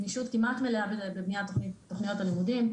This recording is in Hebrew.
גמישות כמעט מלאה בבניית תכניות הלימודים,